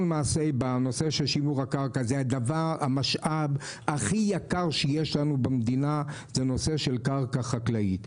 שימור הקרקע המשאב הכי יקר שיש לנו במדינה הוא קרקע חקלאית.